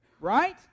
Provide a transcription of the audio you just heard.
Right